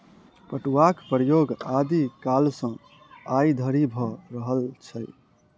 पटुआक प्रयोग आदि कालसँ आइ धरि भ रहल छै